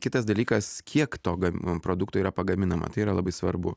kitas dalykas kiek to produkto yra pagaminama tai yra labai svarbu